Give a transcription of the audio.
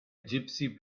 gypsy